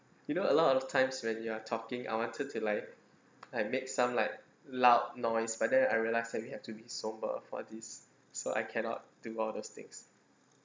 you know a lot of times when you're talking I wanted to like I make some like loud noise but then I realise that we have to be sombre for this so I cannot do all those things